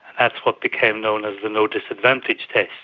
that's what became known as the no disadvantage test.